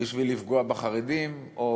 עשה את זה כדי לפגוע בחרדים או